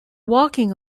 walking